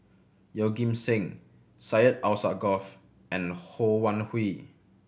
Yeoh Ghim Seng Syed Alsagoff and Ho Wan Hui